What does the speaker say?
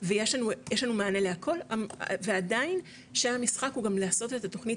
ויש לנו מענה להכול ועדיין שם המשחק הוא גם לעשות את התוכנית